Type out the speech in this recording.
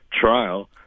trial